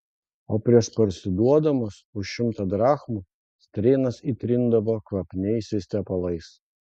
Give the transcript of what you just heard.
o prieš parsiduodamos už šimtą drachmų strėnas įtrindavo kvapniaisiais tepalais